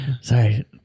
Sorry